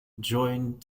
joined